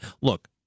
look